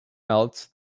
melts